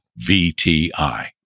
VTI